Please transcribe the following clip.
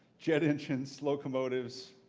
jet engines, locomotives,